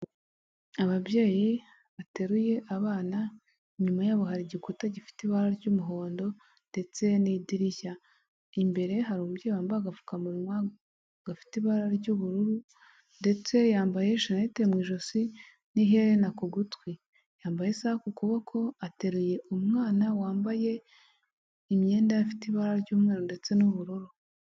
Ababyeyi bateruye abana inyuma yabo hari igikuta gifite ibara ry'umuhondo ndetse n'idirishya imbere hari umubyeyi wambaye agapfukamunwa gafite ibara ry'ubururu ndetse yambaye shanete mu ijosi n'ihena ku gutwi yambaye isaha ku kuboko ateruye umwana wambaye imyenda ifite ibara ry'umweru ndetse n'ubururu.